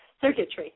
circuitry